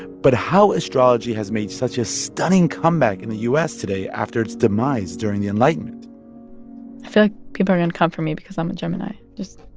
but how astrology has made such a stunning comeback in the u s. today after its demise during the enlightenment i feel like people are going to come for me because i'm a gemini just